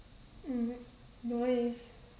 mm that one is